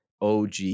OG